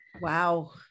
wow